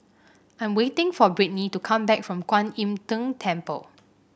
I'm waiting for Brittni to come back from Kwan Im Tng Temple